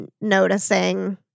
noticing